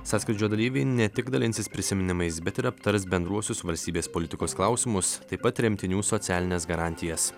sąskrydžio dalyviai ne tik dalinsis prisiminimais bet ir aptars bendruosius valstybės politikos klausimus taip pat tremtinių socialines garantijas